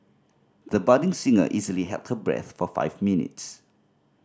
the budding singer easily held her breath for five minutes